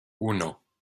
uno